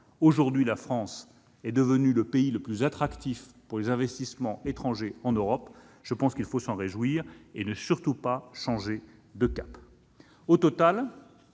Aujourd'hui, la France est devenue le pays le plus attractif pour les investissements étrangers en Europe. Nous devons nous en réjouir et ne surtout pas changer de cap. Au total,